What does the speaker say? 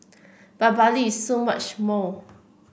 but Bali is so much more